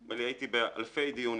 הוא אומר לי: הייתי באלפי דיונים,